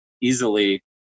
easily